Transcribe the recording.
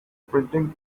printing